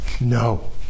No